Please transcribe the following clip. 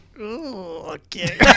Okay